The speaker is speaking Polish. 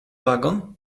wagon